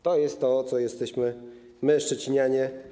To jest to, z czego jesteśmy my, szczecinianie.